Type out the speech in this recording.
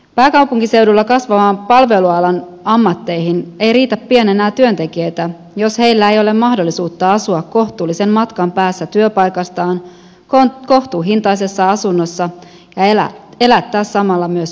pääkaupunkiseudulla kasvavan palvelualan ammatteihin ei riitä pian enää työntekijöitä jos näillä ei ole mahdollisuutta asua kohtuullisen matkan päässä työpaikastaan kohtuuhintaisessa asunnossa ja elättää samalla myös perhettään